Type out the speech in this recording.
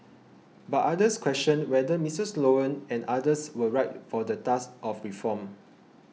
but others questioned whether Mister Sloan and others were right for the task of reform